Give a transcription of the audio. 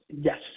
Yes